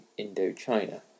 Indochina